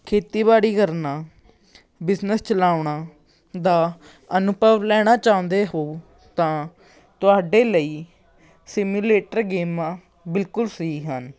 ਖੇਤੀਬਾੜੀ ਕਰਨਾ ਬਿਜਨਸ ਚਲਾਉਣਾ ਦਾ ਅਨੁਭਵ ਲੈਣਾ ਚਾਹੁੰਦੇ ਹੋ ਤਾਂ ਤੁਹਾਡੇ ਲਈ ਸਿਮੀਲੇਟਰ ਗੇਮਾਂ ਬਿਲਕੁਲ ਸਹੀ ਹਨ